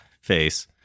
face